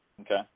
Okay